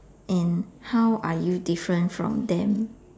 and how are you different from them